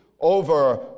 over